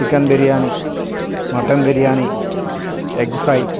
chicken biryani mutton biryani egg fry